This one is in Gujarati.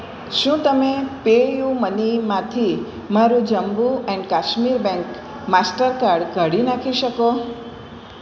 શું તમે પેયુમનીમાંથી મારું Jammu and Kashmir bank Mastercard કાઢી નાખી શકો